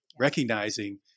recognizing